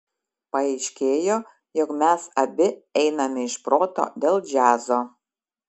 paaiškėjo jog mes abi einame iš proto dėl džiazo